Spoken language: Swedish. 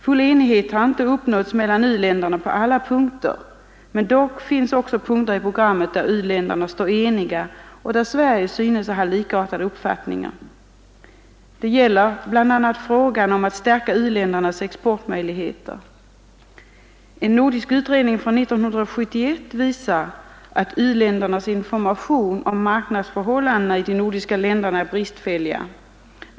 Full enighet har inte uppnåtts mellan u-länderna på alla punkter, dock finns också punkter i programmet där u-länderna står eniga och där Sverige synes ha likartade uppfattningar. Det gäller bl.a. frågan om att stärka u-ländernas exportmöjligheter. En nordisk utredning från 1971 visar att u-ländernas information om marknadsförhållandena i de nordiska länderna är bristfällig.